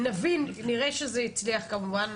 נראה ונבין שזה נצליח כמובן,